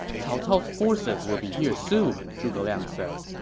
cao cao's forces will be here soon, zhuge liang said.